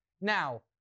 Now